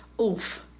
oof